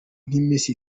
nk’iminsi